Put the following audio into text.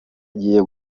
agiye